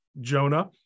jonah